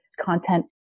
content